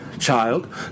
Child